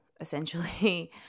essentially